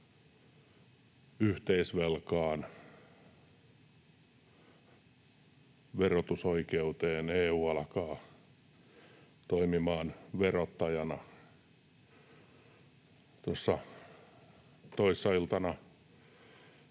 yhteisvelkaan, verotusoikeuteen, EU alkaa toimimaan verottajana. Tuossa toissailtana